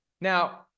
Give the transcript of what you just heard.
Now